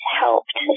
helped